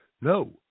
No